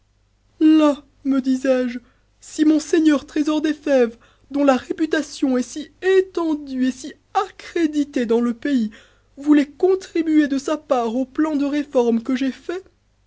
me disaisje si monseigneur trésor des fèves dont la réputation est si étendue et si accréditée dans le pays voulait contribuer de sa part au plan de réforme que j'ai fait